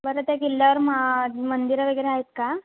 बरं त्या किल्ल्यावर मा मंदिरं वगैरे आहेत का